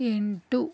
ಎಂಟು